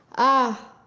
ah,